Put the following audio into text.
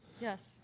Yes